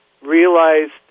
Realized